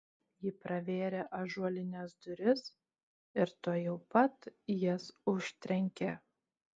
ji pravėrė ąžuolines duris ir tuojau pat jas užtrenkė